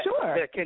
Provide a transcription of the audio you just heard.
Sure